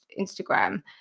Instagram